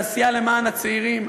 בעשייה למען הצעירים,